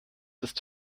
ist